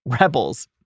rebels